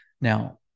now